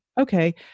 Okay